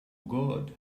good